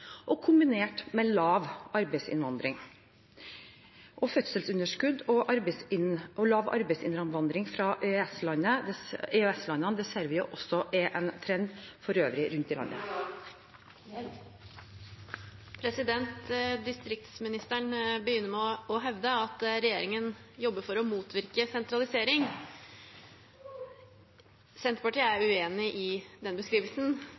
kombinert med lav arbeidsinnvandring, og fødselsunderskudd og lav arbeidsinnvandring fra EØS-landene ser vi også er en trend i øvrige deler av landet. Distriktsministeren begynner med å hevde at regjeringen jobber for å motvirke sentralisering. Senterpartiet er uenig i den beskrivelsen.